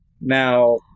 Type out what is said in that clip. Now